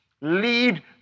lead